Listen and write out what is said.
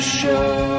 show